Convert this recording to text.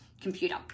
computer